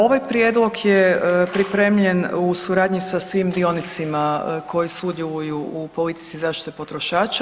Ovaj prijedlog je pripremljen u suradnji sa svim dionicima koji sudjeluju u politici zaštite potrošača.